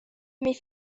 mais